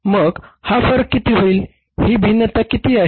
मग हा फरक किती होईल ही भिन्नता किती आहे